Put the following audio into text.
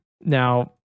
Now